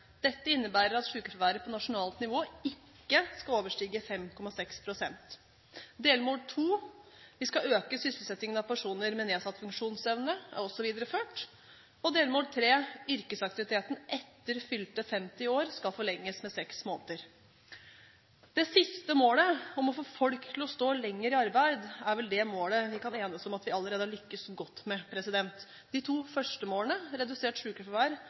dette innebærer at sykefraværet på nasjonalt nivå ikke skal overstige 5,6 pst. vi skal øke sysselsettingen av personer med nedsatt funksjonsevne yrkesaktiviteten etter fylte 50 år skal forlenges med seks måneder Det siste målet – om å få folk til å stå lenger i arbeid – er vel det målet vi kan enes om at vi allerede har lyktes godt med. De to første målene – redusert